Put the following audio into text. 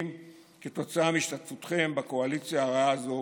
כתוצאה מהשתתפותכם בקואליציה הרעה הזאת